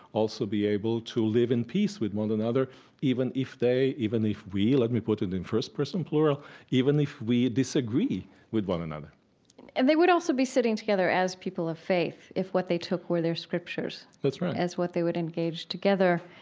also be able to live in peace with one another even if they even if we let me put it in first-person plural even if we disagree with one another and they would also be sitting together as people of faith if what they took were their scriptures, that's right, as what they would engage together.